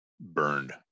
burned